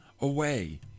away